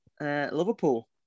Liverpool